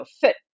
fit